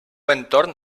entorn